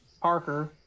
Parker